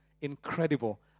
incredible